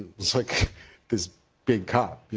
like this big cop. you